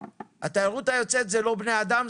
התיירות היוצאת זה לא בני אדם?